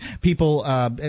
People